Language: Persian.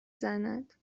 زند